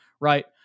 right